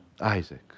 Isaac